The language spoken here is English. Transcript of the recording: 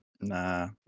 Nah